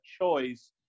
choice